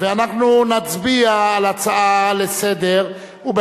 ואנחנו נצביע על הצעה לסדר-היום,